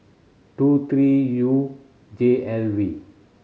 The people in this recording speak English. two three U J L V